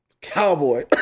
cowboy